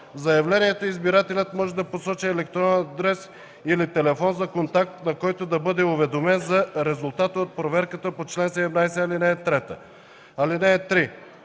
В заявлението избирателят може да посочи електронен адрес или телефон за контакт, на който да бъде уведомен за резултата от проверката по чл. 17, ал. 3.